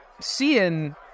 seeing